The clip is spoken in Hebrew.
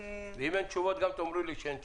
ואם אין תשובה, תאמרו לי שאין תשובה.